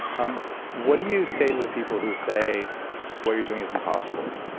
um what do you say to the people who say what you're doing is impossible?